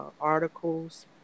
articles